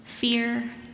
fear